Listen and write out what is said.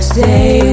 Stay